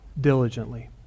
diligently